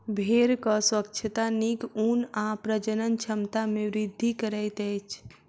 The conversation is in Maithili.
भेड़क स्वच्छता नीक ऊन आ प्रजनन क्षमता में वृद्धि करैत अछि